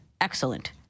excellent